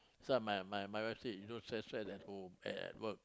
so my my my wife say you don't stress stress at home at at work